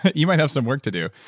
you might have some work to do.